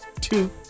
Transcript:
two